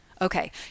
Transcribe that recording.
Okay